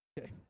Okay